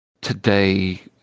today